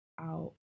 out